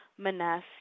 Maness